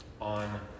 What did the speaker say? on